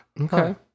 Okay